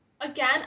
again